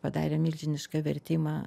padarė milžinišką vertimą